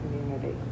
community